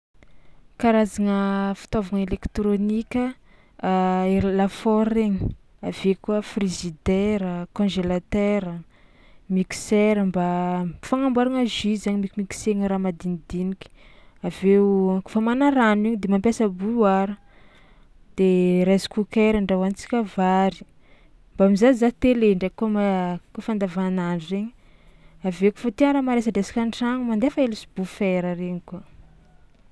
Karazagna fitaovagna elektrônika: ery lafaoro regny, avy eo koa frizidera, congélatera, miksera mba fagnamboaragna jus zainy mikmiksena raha madinidiniky, avy eo kaofa hamana rano igny de mampiasa bouilloire de rice cooker andrahoantsika vary, mba mizahazaha tele ndraiky koa ma- kaofa andavanandro regny avy eo kofa tia raha maresadresaka an-tragno mandefa hely subwoofer regny koa.